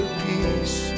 peace